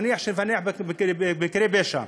נניח שנפענח מקרי פשע.